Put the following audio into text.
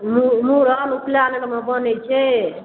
मुड़न उपनयन एहि सभमे बनै छै